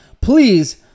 Please